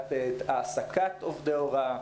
סוגיית העסקת עובדי הוראה.